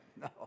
No